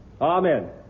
Amen